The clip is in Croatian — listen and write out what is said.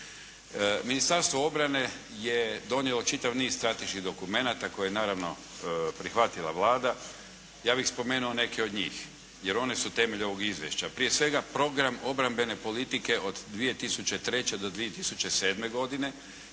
Ministarstvo obrane je donijelo čitav niz strateških dokumenata koje je naravno prihvatila Vlada. Ja bih spomenuo neke od njih jer one su temelj ovog izvješća. Prije svega, Program obrambene politike od 2003. do 2007. godine